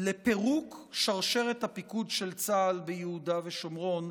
לפירוק שרשרת הפיקוד של צה"ל ביהודה ושומרון,